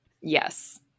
Yes